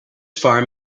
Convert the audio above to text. farm